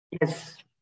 Yes